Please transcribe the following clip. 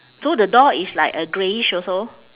so the door is like a greyish also